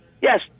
Yes